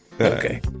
Okay